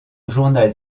journal